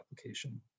application